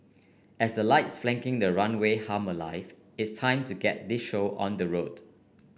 as the lights flanking the runway hum alive it's time to get this show on the road